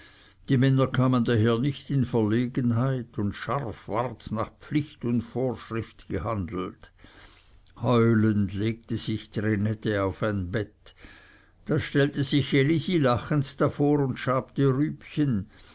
die männer kamen daher nicht in verlegenheit und scharf ward nach pflicht und vorschrift gehandelt heulend legte sich trinette auf ein bett da stellte sich elisi lachend davor und schabte rübchen